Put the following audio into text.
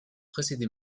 précédé